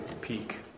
peak